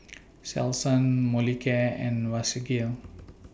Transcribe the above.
Selsun Molicare and Vagisil